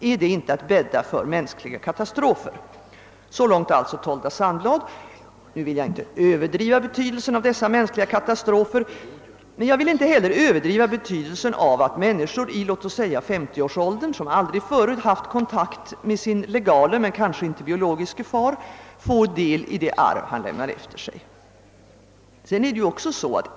Är det inte att bädda för mänskliga katastrofer?» Jag vill inte överdriva betydelsen av dessa mänskliga katastrofer, men jag vill inte heller överdriva betydelsen av att människor i låt oss säga 50-årsåldern, som aldrig förut haft kontakt med sin legale men kanske inte biologiske far, får del i det arv han lämnar efter sig.